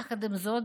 יחד עם זאת,